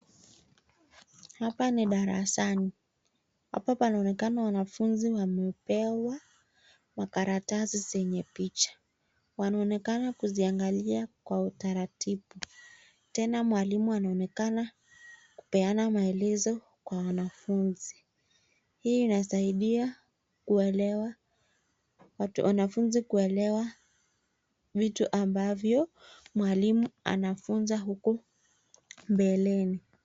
Hapa ni darasani. Hapa panaonekana wanafunzi wamepewa makaratasi zenye picha. Wanaonekana kuziangalia kwa utaratibu. Tena mwalimu anaonekana kupeana maelezo kwa wanafunzi. Hii inasaidia wanafunzi kuelewa vitu ambavyo mwalimu anafunza huko mbeleni.